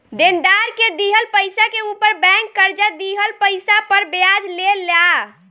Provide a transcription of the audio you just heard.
देनदार के दिहल पइसा के ऊपर बैंक कर्जा दिहल पइसा पर ब्याज ले ला